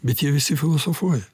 bet jie visi filosofuoja